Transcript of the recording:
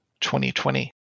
2020